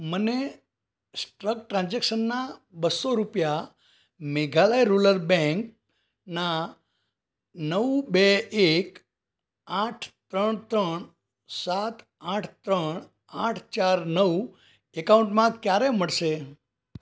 મને સ્ટ્રક ટ્રાન્ઝૅક્શનના બસો રૂપિયા મેઘાલય રૂરલ બૅંકના નવ બે એક આઠ ત્રણ ત્રણ સાત આઠ ત્રણ આઠ ચાર નવ અકાઉન્ટમાં ક્યારે મળશે